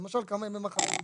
למשל כמה ימי מחלה או